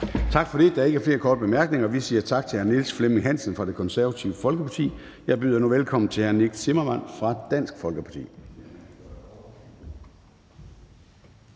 Tak for det. Der er ikke flere korte bemærkninger. Vi siger tak til hr. Niels Flemming Hansen fra Det Konservative Folkeparti. Jeg byder nu velkommen til hr. Nick Zimmermann fra Dansk Folkeparti.